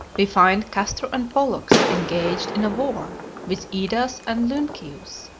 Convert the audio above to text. we find castor and pollux engaged in a war with idas and lynceus.